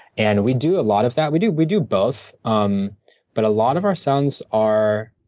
and we do a lot of that. we do we do both, um but a lot of our sounds are